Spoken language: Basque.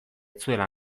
zuela